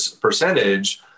percentage